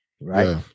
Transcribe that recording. right